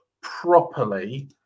properly